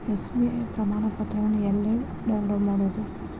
SBI ಪ್ರಮಾಣಪತ್ರವನ್ನ ಎಲ್ಲೆ download ಮಾಡೊದು?